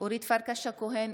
אורית פרקש הכהן,